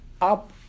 up